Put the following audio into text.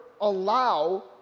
allow